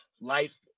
life